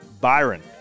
Byron